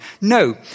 No